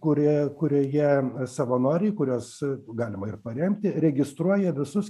kur kurioje savanoriai kuriuos galima ir paremti registruoja visus